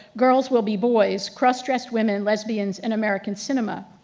girls will be boys cross-dressed women, lesbians, and american cinema.